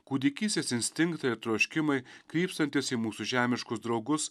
kūdikystės instinktai ar troškimai krypstantys į mūsų žemiškus draugus